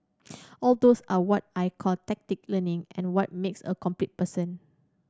all those are what I call tacit learning and what makes a complete person